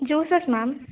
juices ma'am